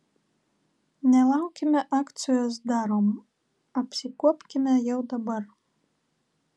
nelaukime akcijos darom apsikuopkime jau dabar